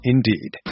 Indeed